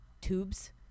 tubes